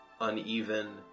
uneven